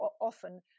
often